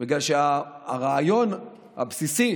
כי הרעיון הבסיסי